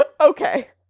Okay